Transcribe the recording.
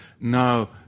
No